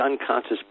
unconscious